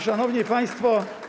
Szanowni Państwo!